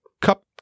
cup